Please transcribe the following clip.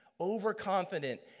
overconfident